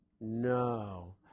No